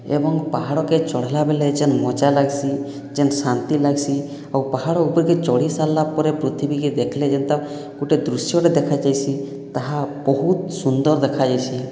ଏବଂ ପାହାଡ଼କେ ଚଢ଼ଲା ବେଲେ ଯେନ୍ ମଜା ଲାଗ୍ସି ଯେନ୍ ଶାନ୍ତି ଲାଗ୍ସି ଆଉ ପାହାଡ଼ ଉପର୍କେ ଚଢ଼ି ସାରଲା ପରେ ପୃଥିବୀକେ ଦେଖିଲେ ଯେନ୍ତା ଗୁଟେ ଦୃଶ୍ୟଟେ ଦେଖାଯାଇସି ତାହା ବହୁତ ସୁନ୍ଦର ଦେଖାଯିସି